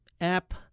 app